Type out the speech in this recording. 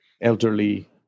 elderly